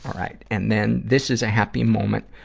right. and then, this is a happy moment,